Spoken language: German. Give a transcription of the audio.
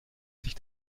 sich